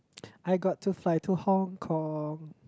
I got to fly to Hong-Kong